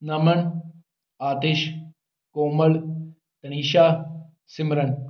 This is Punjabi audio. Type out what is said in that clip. ਨਮਨ ਆਤਿਸ਼ ਕੋਮਲ ਅਨੀਸ਼ਾ ਸਿਮਰਨ